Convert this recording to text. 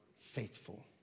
faithful